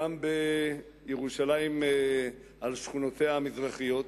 גם בירושלים על שכונותיה המזרחיות,